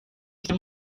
bisa